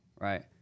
right